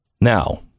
Now